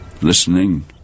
listening